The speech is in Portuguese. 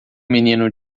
menino